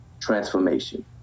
transformation